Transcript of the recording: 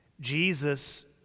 jesus